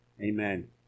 Amen